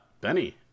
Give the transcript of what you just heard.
Benny